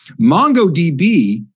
MongoDB